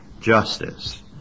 justice